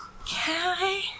Okay